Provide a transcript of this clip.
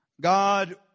God